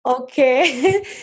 Okay